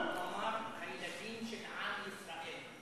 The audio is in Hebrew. הוא אמר "הילדים של עם ישראל".